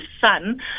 son